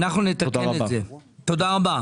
תודה רבה.